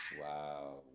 Wow